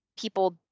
people